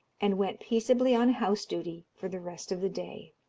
and went peaceably on house-duty for the rest of the day.